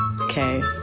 okay